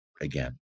again